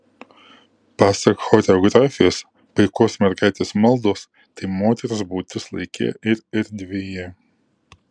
pasak choreografės paikos mergaitės maldos tai moters būtis laike ir erdvėje